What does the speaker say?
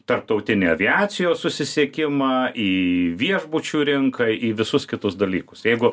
tarptautinį aviacijos susisiekimą į viešbučių rinką į visus kitus dalykus jeigu